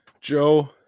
Joe